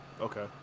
Okay